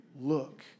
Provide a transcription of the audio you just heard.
look